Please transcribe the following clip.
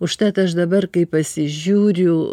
užtat aš dabar kai pasižiūriu